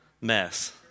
mess